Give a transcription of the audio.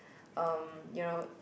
um you know